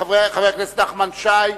חבר הכנסת נחמן שי,